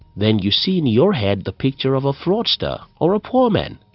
then, you see in your head the picture of a fraudster or a poor man.